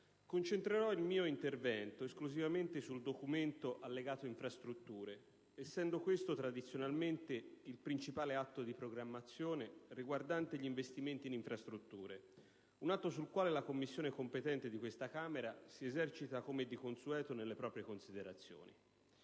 concentrerò il mio intervento esclusivamente sul documento Allegato infrastrutture, essendo questo tradizionalmente il principale atto di programmazione riguardante gli investimenti in infrastrutture; un atto sul quale la Commissione competente di questa Camera si esercita come di consueto nelle proprie considerazioni.